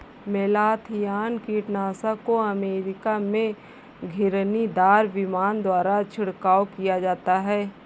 malathion कीटनाशक को America में घिरनीदार विमान द्वारा छिड़काव किया जाता है